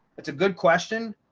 it's a good question.